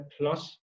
plus